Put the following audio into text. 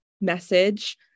message